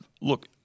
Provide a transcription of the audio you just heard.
Look